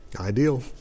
Ideal